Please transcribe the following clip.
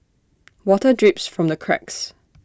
water drips from the cracks